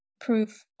proof